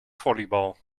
volleybal